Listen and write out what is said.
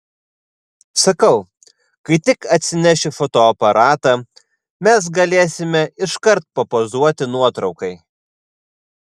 sakau kai tik atsinešiu fotoaparatą mes galėsime iškart papozuoti nuotraukai